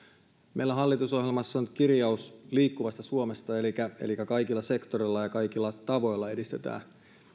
meillä hallitusohjelmassa on nyt kirjaus liikkuvasta suomesta elikkä elikkä kaikilla sektoreilla ja kaikilla tavoilla edistetään